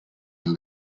and